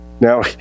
Now